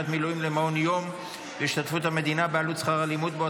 מילואים למעון יום והשתתפות המדינה בעלות שכר הלימוד בו,